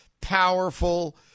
powerful